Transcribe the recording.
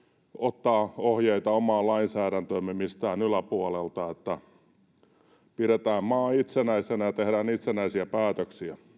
ottaa ohjeita omaan lainsäädäntöömme mistään yläpuolelta pidetään maa itsenäisenä ja tehdään itsenäisiä päätöksiä